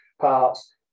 parts